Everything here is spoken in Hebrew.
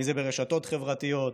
ברשתות חברתיות.